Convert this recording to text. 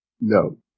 No